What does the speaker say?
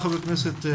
תודה, חבר הכנסת סעדי.